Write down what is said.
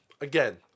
again